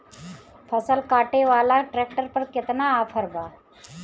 फसल काटे वाला ट्रैक्टर पर केतना ऑफर बा?